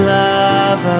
love